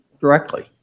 directly